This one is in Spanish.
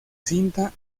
cinta